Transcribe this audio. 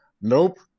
Nope